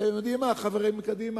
אתם יודעים מה, חברים מקדימה,